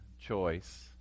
choice